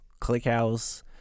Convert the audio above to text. Clickhouse